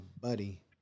buddy